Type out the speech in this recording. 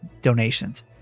donations